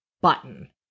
button